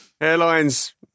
Airlines